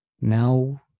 Now